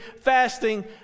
fasting